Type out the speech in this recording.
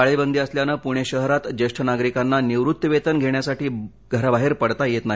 टाळेबंदी असल्यानं प्णे शहरात ज्येष्ठ नागरिकांना निवृत्तीवेतन घेण्यासाठी बाहेर पडता येत नाही